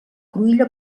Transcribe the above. cruïlla